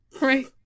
right